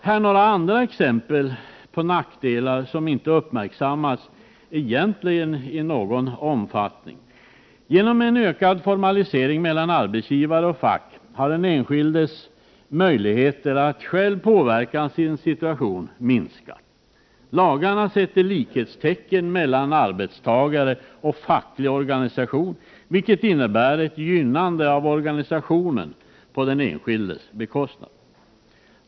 Här några andra exempel på nackdelar som egentligen inte har uppmärksammats i någon större utsträckning: Genom en ökad formalisering mellan arbetsgivare och fack har den enskildes möjligheter att själv påverka sin situation minskat. Lagarna sätter likhetstecken mellan arbetstagare och facklig organisation, vilket innebär ett gynnande av organisationen på den enskildes bekostnad.